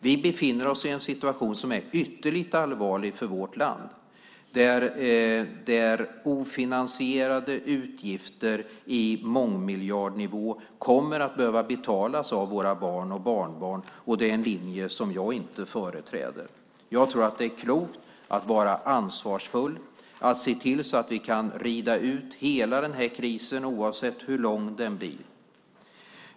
Vi befinner oss i en situation som är ytterligt allvarlig för vårt land, där ofinansierade utgifter på mångmiljardnivå kommer att behöva betalas av våra barn och barnbarn, och det är en linje som jag inte företräder. Jag tror att det är klokt att vara ansvarsfull och att se till så att vi kan rida ut hela den här krisen, oavsett hur lång den blir.